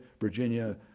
Virginia